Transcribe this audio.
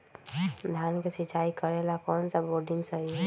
धान के सिचाई करे ला कौन सा बोर्डिंग सही होई?